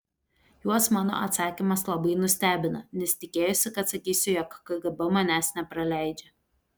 juos mano atsakymas labai nustebino nes tikėjosi kad sakysiu jog kgb manęs nepraleidžia